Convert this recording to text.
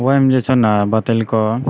ओइमे जे छै ने बतेलको